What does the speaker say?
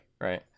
right